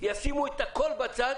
ישימו את הכול בצד